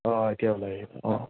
অঁ এতিয়া ওলাই আহিছে অঁ